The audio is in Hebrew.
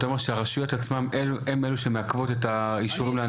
אתה אומר שהרשויות עצמן הן אלו שמעכבות את האישורים לאנטנות?